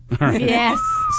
Yes